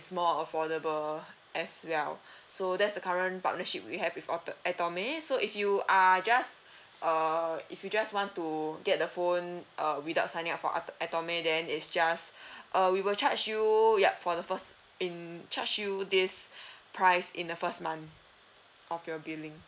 more affordable as well so there's the current partnership we have with ato~ Atome so if you are just err if you just want to get the phone uh without signing up for ato~ Atome then it's just uh we will charge you yup for the first in charge you this price in the first month of your billing